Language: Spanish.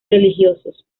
religiosos